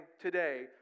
today